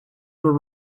were